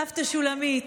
סבתא שולמית,